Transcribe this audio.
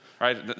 right